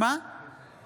אינו